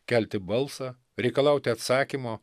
kelti balsą reikalauti atsakymo